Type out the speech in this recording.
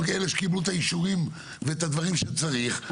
אלו שקיבלו את האישורים ואת הדברים שצריך,